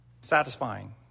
satisfying